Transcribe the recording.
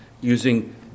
using